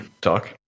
talk